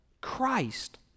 Christ